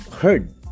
heard